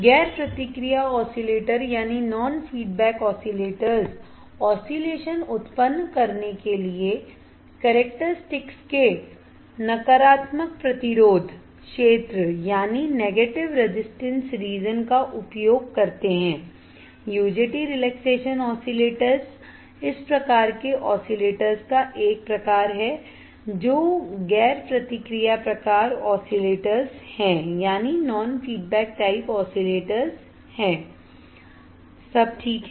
गैर प्रतिक्रिया oscillators oscillation उत्पन्न करने के लिए कैरेक्टरस्टिक्स के नकारात्मक प्रतिरोध क्षेत्र का उपयोग करते हैं UJT रिलैक्सेशन ऑसिलेटर्स इस प्रकार के ऑसिलेटर्स का एक प्रकार है जो गैर प्रतिक्रिया प्रकार ऑसिलेटर्स है सब ठीक है